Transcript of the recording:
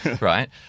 right